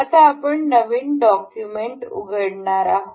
आता आपण नवीन डॉक्युमेंट उघडणार आहोत